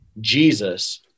Jesus